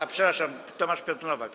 A, przepraszam, Tomasz Piotr Nowak.